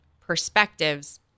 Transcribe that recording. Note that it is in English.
perspectives